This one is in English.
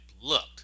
looked